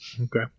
Okay